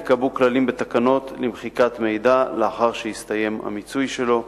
ייקבעו כללים בתקנות למחיקת מידע לאחר שיסתיים המיצוי שלו.